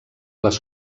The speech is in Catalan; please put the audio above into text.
les